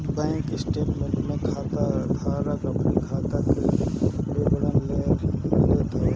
bank statement में खाता धारक अपनी खाता के सब विवरण लेत हवे